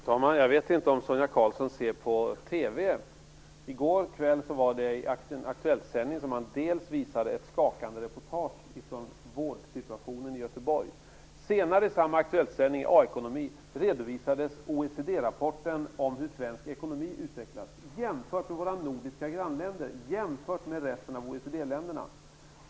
Fru talman! Jag vet inte om Sonia Karlsson ser på TV. I går kväll visades under en Aktuellt-sändning ett skakande reportage från vårdsituationen i Göteborg. OECD-rapporten om hur svensk ekonomi utvecklas jämfört med ekonomin i våra nordiska grannländer och i resten av OECD-länderna.